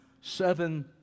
seven